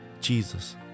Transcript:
Jesus